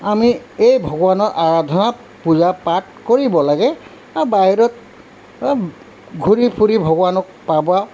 আমি এই ভগৱানৰ আৰাধনাত পূজা পাঠ কৰিব লাগে আৰ বাহিৰত ঘূৰি ফুৰি ভগৱানক পাবা